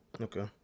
okay